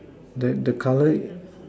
that the colour